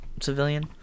civilian